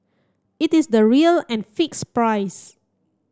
it is the real and fixed price